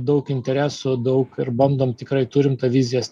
daug interesų daug ir bandom tikrai turim tą vizijas